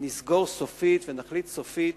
נסגור סופית ונחליט סופית